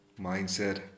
mindset